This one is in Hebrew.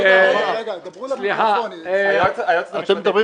היועצת המשפטית,